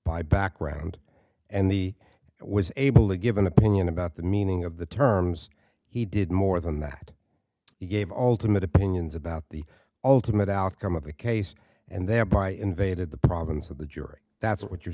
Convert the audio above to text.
by background and he was able to give an opinion about the meaning of the terms he did more than that he gave alternate opinions about the ultimate outcome of the case and thereby invaded the problems of the jury that's what you're